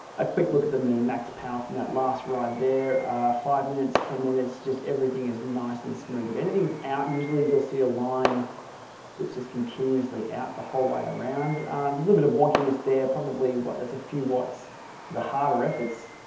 a quick look at the mean max power from that last ride there five minutes, ten minutes, just everything is nice and smooth if anything's out. usually you'll see a line that's just continuously out the whole way around. it's a little bit of wonkiness there probably what that's a few watts for the harder efforts,